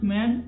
Man